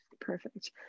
perfect